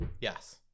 Yes